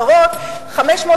הכשרוֹת.